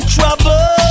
Trouble